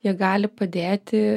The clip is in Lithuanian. jie gali padėti